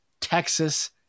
Texas